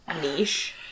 niche